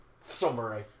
summary